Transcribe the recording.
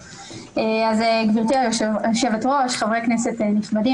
גם ברשות הפלסטינית וגם במדינת ישראל,